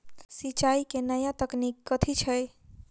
सिंचाई केँ नया तकनीक कथी छै?